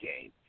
game